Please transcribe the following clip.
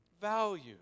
Value